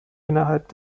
innerhalb